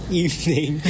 evening